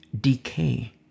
decay